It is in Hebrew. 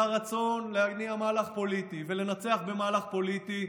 הרצון להניע מהלך פוליטי ולנצח במהלך פוליטי,